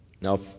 Now